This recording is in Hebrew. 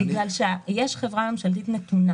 יש חברה ממשלתית נתונה